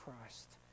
Christ